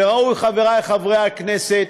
וראוי, חברי חברי הכנסת,